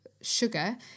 sugar